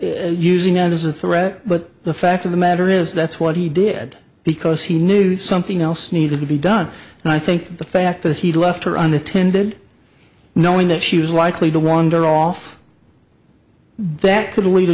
but using that as a threat but the fact of the matter is that's what he did because he knew something else needed to be done and i think the fact that he left her and attended knowing that she was likely to wander off that could lead a